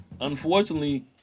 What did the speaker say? unfortunately